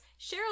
Cheryl